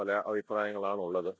പല അഭിപ്രായങ്ങളാണ് ഉള്ളത്